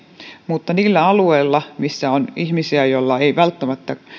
mutta niiltä alueilta missä on ihmisiä joilla ei välttämättä